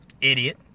Idiot